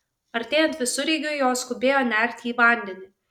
artėjant visureigiui jos skubėjo nerti į vandenį